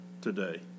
today